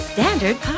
Standard